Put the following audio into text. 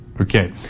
okay